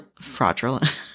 fraudulent